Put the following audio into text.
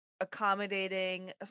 accommodating